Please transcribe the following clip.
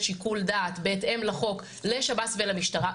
שיקול דעת בהתאם לחוק לשב"ס ולמשטרה.